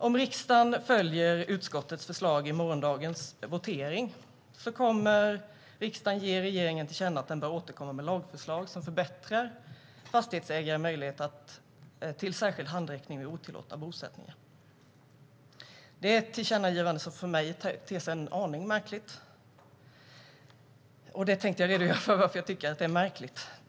Om riksdagen följer utskottets förslag i morgondagens votering kommer riksdagen att ge regeringen till känna att den bör återkomma med lagförslag som förbättrar fastighetsägares möjligheter till särskild handräckning vid otillåtna bosättningar. Det är ett tillkännagivande som för mig ter sig en aning märkligt, och jag tänkte nu redogöra för varför jag tycker att det är märkligt.